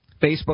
Facebook